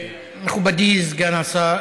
מכובדי סגן השר,